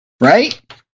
Right